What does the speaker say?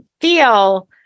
feel